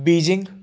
Beijing